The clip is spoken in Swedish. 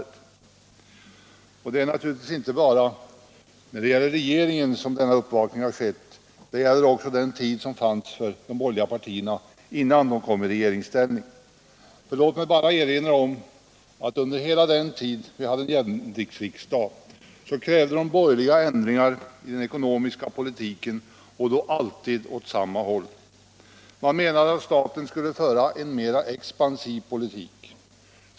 Uppvaknandet gäller naturligtvis inte bara regeringen utan också de borgerliga innan de kom i regeringsställning. Låt mig bara erinra om att under hela den tid vi hade jämviktsriksdag krävde de borgerliga ändringar i den ekonomiska politiken och då alltid åt samma håll. Man menade att staten borde föra en mera expansiv politik.